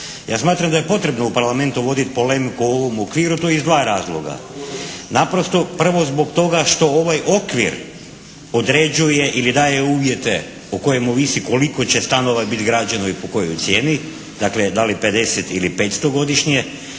Ja smatram da je potrebno u Parlamentu voditi polemiku o ovom okviru i to iz dva razloga. Naprosto prvo zbog toga što ovaj okvir određuje ili daje uvjete o kojem ovisi koliko će stanova biti građeno i po kojoj cijeni, dakle da li 50 ili 500 godišnje,